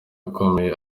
akomeye